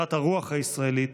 בעזרת הרוח הישראלית